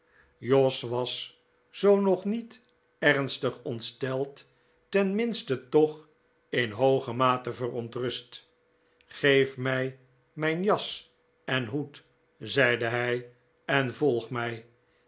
jos was zoo nog niet ernstig ontsteld ten minste toch in hooge mate verontrust geef mij mijn jas en hoed zeide hij en volg mij